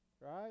right